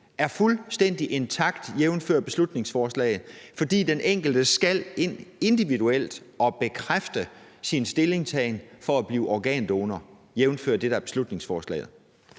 er fuldstændig intakt – jævnfør beslutningsforslaget – fordi den enkelte skal ind individuelt at bekræfte sin stillingtagen for at blive organdonor, jævnfør det, der er beslutningsforslaget?